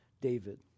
David